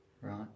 Right